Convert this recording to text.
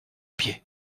pied